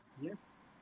Yes